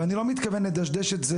ואני לא מתכוון לדשדש את זה